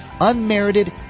unmerited